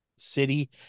City